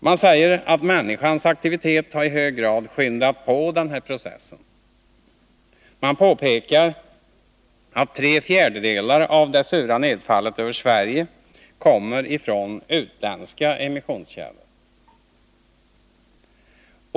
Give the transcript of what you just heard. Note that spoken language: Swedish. Man säger att människans aktivitet i hög grad har skyndat på denna process. Man påpekar vidare att tre fjärdedelar av det sura nedfallet över Sverige kommer från utländska emissionskällor.